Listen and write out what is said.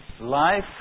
life